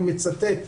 אני מצטט: